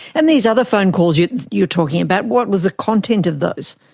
and these other phone calls yeah you're talking about, what was the content of those?